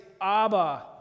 Abba